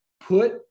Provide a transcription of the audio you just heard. Put